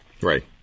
Right